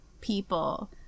People